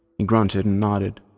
and grunted and nodded,